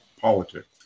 politics